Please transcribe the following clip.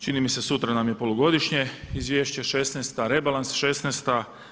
Čini mi se sutra nam je polugodišnje izvješće šesnaesta, rebalans šesnaesta.